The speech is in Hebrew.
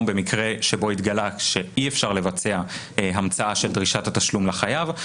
במקרה שבו התגלה שאי אפשר לבצע המצאה של דרישת התשלום לחייב,